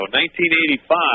1985